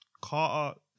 Carter